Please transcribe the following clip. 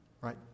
right